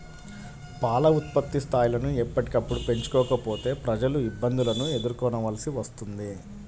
పాల ఉత్పత్తి స్థాయిలను ఎప్పటికప్పుడు పెంచుకోకపోతే ప్రజలు ఇబ్బందులను ఎదుర్కోవలసి వస్తుంది